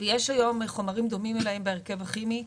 יש היום חומרים דומים להם בהרכב הכימי,